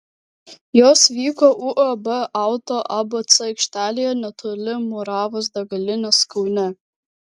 jos vyko uab auto abc aikštelėje netoli muravos degalinės kaune